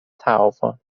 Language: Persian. تعاون